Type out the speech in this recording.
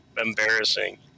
embarrassing